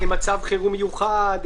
מצב חירום מיוחד,